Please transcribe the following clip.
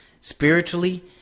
Spiritually